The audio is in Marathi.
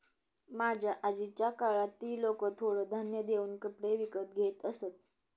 माझ्या आजीच्या काळात ती लोकं थोडं धान्य देऊन कपडे विकत घेत असत